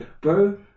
Bro